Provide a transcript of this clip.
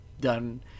done